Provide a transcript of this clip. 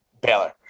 Baylor